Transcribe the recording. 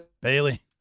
Bailey